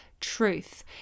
truth